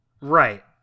Right